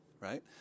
right